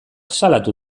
salatu